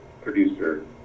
producer